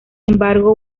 embargo